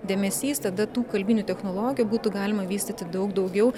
dėmesys tada tų kalbinių technologijų būtų galima vystyti daug daugiau